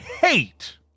hate